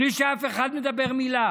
בלי שאף אחד אומר מילה.